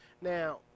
Now